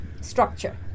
structure